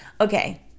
Okay